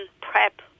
prep